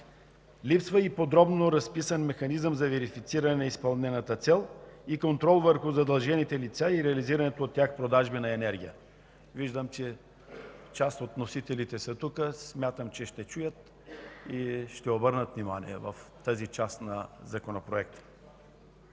Липсва подробно разписан механизъм за верифициране на изпълнената цел и контрол върху задължените лица и реализираната от тях продажба на енергия. Виждам, че част от вносителите са тук, и смятам, че ще чуят и ще обърнат внимание в тази част на Законопроекта.